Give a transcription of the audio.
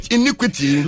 iniquity